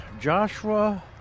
Joshua